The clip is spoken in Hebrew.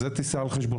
את זה תישא על חשבונך״.